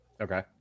Okay